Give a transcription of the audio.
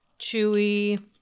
chewy